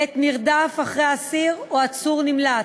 בעת מרדף אחרי אסיר או עצור נמלט,